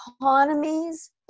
economies